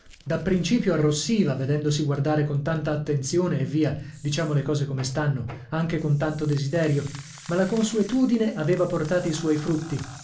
da principio arrossiva vedendosi guardare con tanta attenzione e via diciamo le cose come stanno anche con tanto desiderio ma la consuetudine aveva portati i suoi frutti